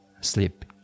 sleep